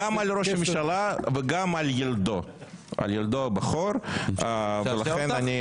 גם כאן אנחנו מדברים גם על ראש ממשלה וגם על ילדו הבכור ולכן אני